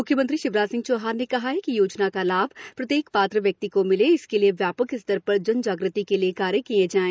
म्ख्यमंत्री शिवराज सिंह चौहान ने कहा है कि योजना का लाभ प्रत्येक पात्र व्यक्ति को मिले इसके लिए व्यापक स्तर पर जन जाग़ति के कार्य किए जायें